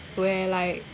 where like